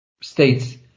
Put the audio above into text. States